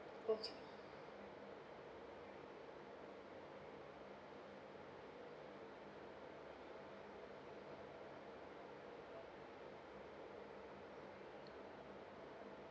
okay